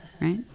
right